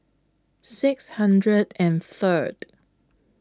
six hundred and Third